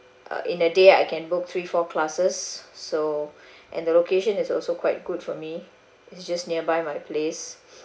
uh in a day I can book three four classes so and the location is also quite good for me it's just nearby my place